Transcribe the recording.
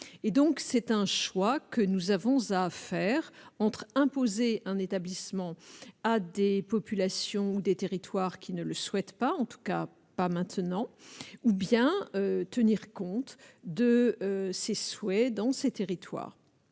c'est un choix que nous avons à faire entre imposer un établissement à des populations ou des territoires qui ne le souhaitent pas en tout cas pas maintenant ou bien tenir compte de ses souhaits dans ces territoires.